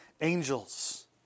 angels